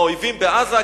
מהאויבים בעזה,